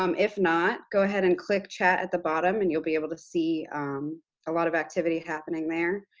um if not, go ahead and click chat at the bottom and you'll be able to see a lot of activity happening there.